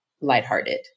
lighthearted